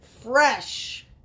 fresh